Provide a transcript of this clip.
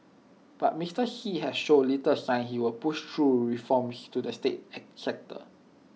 but Mister Xi has shown little sign he will push through reforms to the state sector